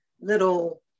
little